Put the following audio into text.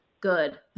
good